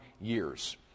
years